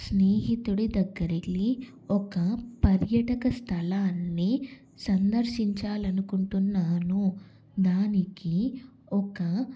స్నేహితుడి దగ్గరకి ఒక పర్యటక స్థలాన్ని సందర్శించాలనుకుంటున్నాను దానికి ఒక